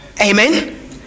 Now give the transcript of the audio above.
Amen